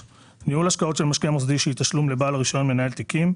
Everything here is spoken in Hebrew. ניהול השקעות של משקיע מוסדי שהיא תשלום לבעל רישיון מנהל תיקים,